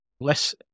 less